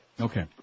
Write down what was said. Okay